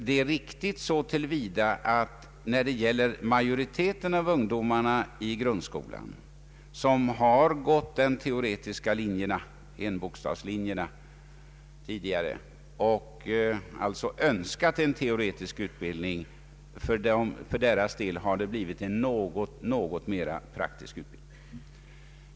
Det är riktigt så till vida att för majoriteten av ungdomarna i grundskolan som har gått de teoretiska linjerna — enbokstavslinjerna — och alltså önskat en teoretisk utbildning har det blivit en något mera praktisk utbildning.